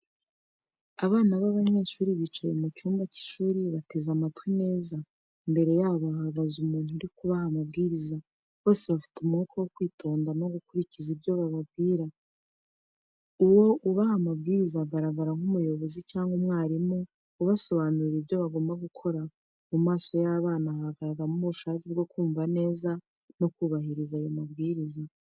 Abana b’abanyeshuri bicaye mu cyumba cy’ishuri bateze amatwi neza, imbere yabo hahagaze umuntu uri kubaha amabwiriza. Bose bafite umwuka wo kwitonda no gukurikiza ibyo babwirwa. Uwo ubaha amabwiriza agaragara nk’umuyobozi cyangwa umwarimu ubasobanurira ibyo bagomba gukora. Mu maso y’abana hagaragaramo ubushake bwo kumva neza no kubahiriza ayo mabwiriza.